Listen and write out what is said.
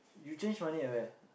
you change money at where